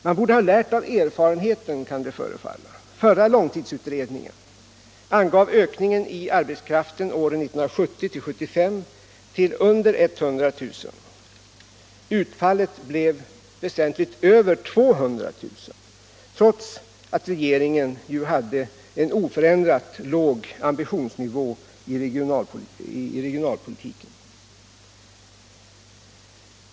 Man borde ha lärt av erfarenheten, kan det förefalla. Förra långtidsutredningen angav ökningen i arbetskraften åren 1970-1975 till under 100 000. Utfallet blev över 200 000 trots att regeringen hade en oförändrat låg ambitionsnivå i regionalpolitiken.